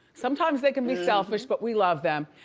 sometimes they can be selfish, but we love them.